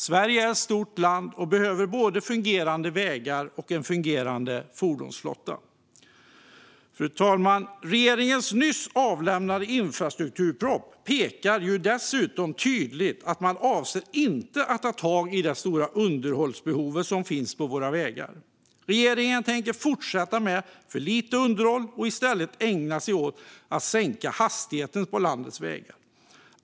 Sverige är ett stort land och behöver både fungerande vägar och en fungerande fordonsflotta. Fru talman! Regeringens nyss avlämnade infrastrukturproposition pekar dessutom tydligt på att man inte avser att ta tag i det stora underhållsbehov som finns på vägarna. Regeringen tänker fortsätta med för lite underhåll och i stället ägna sig åt att sänka hastigheten på landets vägar.